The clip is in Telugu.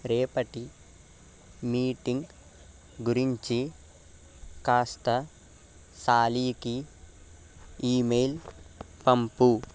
రేపటి మీటింగ్ గురించి కాస్త సాలీకి ఈమెయిల్ పంపు